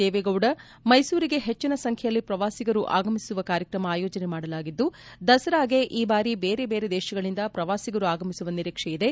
ದೇವೇಗೌಡ ಮೈಸೂರಿಗೆ ಹೆಜ್ಜಿನ ಸಂಖ್ಯೆಯಲ್ಲಿ ಪ್ರವಾಸಿಗರು ಆಗಮಿಸುವ ನಿಟ್ಟನಲ್ಲಿ ಕಾರ್ಯಕ್ರಮ ಆಯೋಜನೆ ಮಾಡಲಾಗಿದ್ದು ದಸರಾಗೆ ಈ ಬಾರಿ ಬೇರೆ ಬೇರೆ ದೇಶಗಳಿಂದ ಪ್ರವಾಸಿಗರು ಆಗಮಿಸುವ ನಿರೀಕ್ಷೆ ಇದೆ